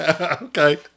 Okay